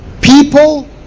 People